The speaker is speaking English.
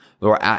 Lord